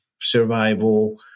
survival